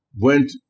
went